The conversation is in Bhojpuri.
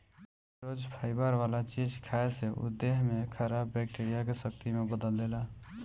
रोज फाइबर वाला चीज खाए से उ देह में खराब बैक्टीरिया के शक्ति में बदल देला